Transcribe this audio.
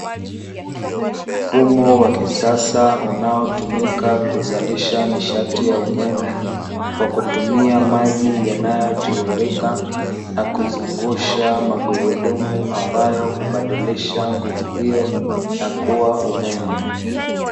Mfumo wa kisasa unaotumika kuzalisha nishati ya umeme kwa kutumia maji yanayotiririka, na kuzungusha magurudumu ambayo hubadilisha nguvu hiyo na kuwa umeme.